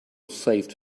saved